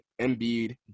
Embiid